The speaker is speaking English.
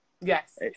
Yes